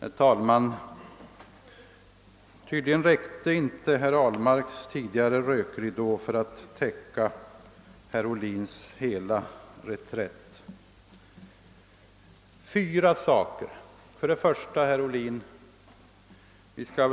Herr talman! Tydligen räckte inte herr Ahlmarks tidigare rökridå för att täcka herr Ohlins hela reträtt. Jag vill framhålla fyra saker.